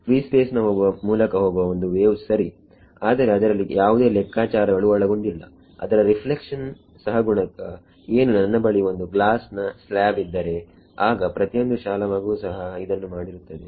free space ನ ಮೂಲಕ ಹೋಗುವ ಒಂದು ವೇವ್ ಸರಿ ಆದರೆ ಅದರಲ್ಲಿ ಯಾವುದೇ ಲೆಕ್ಕಾಚಾರಗಳು ಒಳಗೊಂಡಿಲ್ಲ ಅದರ ರಿಫ್ಲೆಕ್ಷನ್ ಸಹಗುಣಕ ಏನು ನನ್ನ ಬಳಿ ಒಂದು ಗ್ಲಾಸ್ ನ ಸ್ಲ್ಯಾಬ್ ಇದ್ದರೆ ಆಗ ಪ್ರತಿಯೊಂದು ಶಾಲಾ ಮಗು ಸಹ ಇದನ್ನು ಮಾಡಿರುತ್ತದೆ